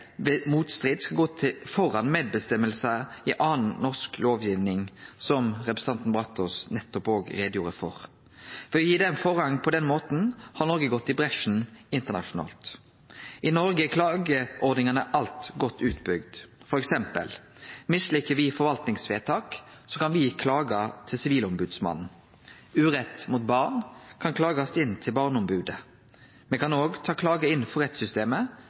motstrid skal gå føre vedtak i anna norsk lovgiving, som òg representanten Brataas nettopp gjorde greie for. Ved å gi dei forrang på denne måten har Noreg gått i bresjen internasjonalt. I Noreg er klageordningane alt godt bygde ut. For eksempel: Misliker me forvaltningsvedtak, kan me klage til Sivilombodsmannen. Urett mot barn kan bli klaga inn til barneombodet. Me kan også ta klager inn for rettssystemet,